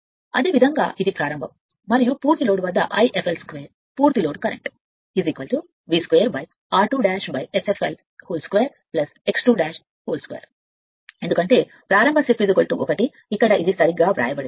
అదేవిధంగా ఇది ఒక ప్రారంభం మరియు పూర్తి లోడ్ వద్ద I fl 2 పూర్తి load current V 2r2Sfl 2 x 2 ఎందుకంటే ప్రారంభ స్లిప్ 1 ఇక్కడ ఇది సరిగ్గా వ్రాయబడింది